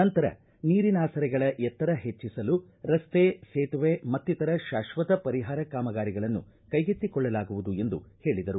ನಂತರ ನೀರಿನಾಸರೆಗಳ ಎತ್ತರ ಹೆಚ್ಚಸಲು ರಸ್ತೆ ಸೇತುವೆ ಮತ್ತಿತರ ಶಾಶ್ವತ ಪರಿಹಾರ ಕಾಮಗಾರಿಗಳನ್ನು ಕೈಗೆತ್ತಿಕೊಳ್ಳಲಾಗುವುದು ಎಂದು ಹೇಳಿದರು